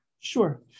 Sure